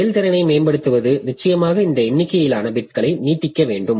செயல்திறனை மேம்படுத்துவது நிச்சயமாக இந்த எண்ணிக்கையிலான பிட்களை நீட்டிக்க வேண்டும்